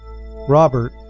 Robert